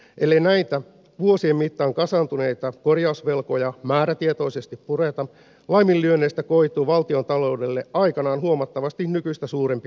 ellei näitä vuosien mittaan kasaantuneita korjausvelkoja määrätietoisesti pureta laiminlyönneistä koituu valtiontaloudelle aikanaan huomattavasti nykyistä suurempi korjauslasku